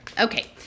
okay